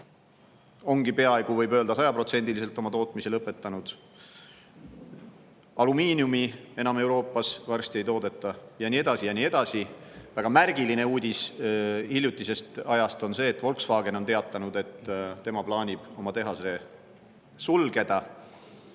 sajaprotsendiliselt oma tootmise lõpetanud. Alumiiniumi Euroopas varsti enam ei toodeta, ja nii edasi ja nii edasi. Väga märgiline uudis hiljutisest ajast on see, et Volkswagen on teatanud, et tema plaanib oma tehase sulgeda.